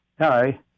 Hi